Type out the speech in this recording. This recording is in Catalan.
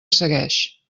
segueix